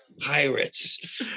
pirates